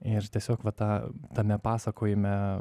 ir tiesiog va tą tame pasakojime